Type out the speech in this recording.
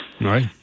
Right